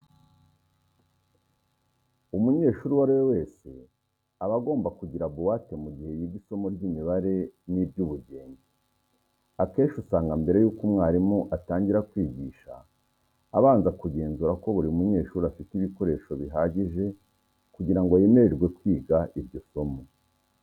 Umunyeshuri uwo ari we wese aba agomba kugira buwate mu gihe yiga isomo ry'imibare n'iry'ubugenge. Akenshi usanga mbere yuko umwarimu atangira kwigisha abanza akagenzura ko buri munyeshuri afite ibikoresho bihagije kugira ngo yemererwe kwiga iryo somo.